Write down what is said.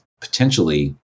potentially